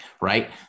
Right